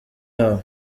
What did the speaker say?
yabo